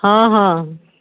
हँ हँ